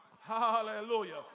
Hallelujah